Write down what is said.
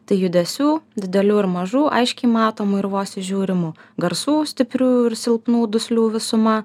tai judesių didelių ir mažų aiškiai matomų ir vos įžiūrimų garsų stiprių ir silpnų duslių visuma